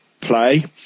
play